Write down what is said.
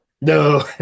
No